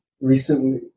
Recently